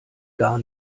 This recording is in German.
gar